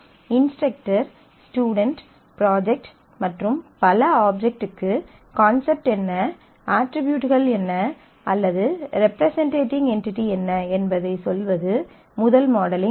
instructor student project மற்றும் பல ஆப்ஜெக்ட்டுக்கு கான்செப்ட் என்ன அட்ரிபியூட்கள் என்ன அல்லது ரெப்ரசன்டிங் என்டிடி என்ன என்பதைச் சொல்வது முதல் மாடலிங் ஆகும்